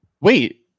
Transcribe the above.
Wait